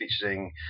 featuring